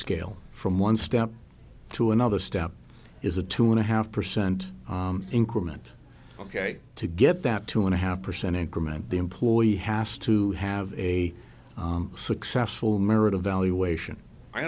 scale from one step to another step is a two and a half percent increment ok to get that two and a half percent increment the employee has to have a successful marriage evaluation i